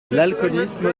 l’alcoolisme